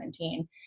2017